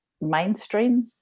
Mainstream